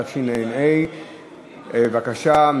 התשע"ה 2014. בבקשה,